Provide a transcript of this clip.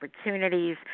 opportunities